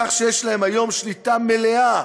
כך שיש להם היום שליטה מלאה,